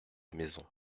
maison